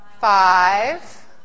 five